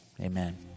amen